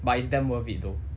but it's damn worth it though